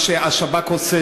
מה שהשב"כ עושה,